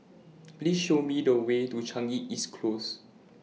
Please Show Me The Way to Changi East Close